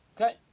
Okay